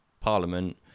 Parliament